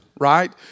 right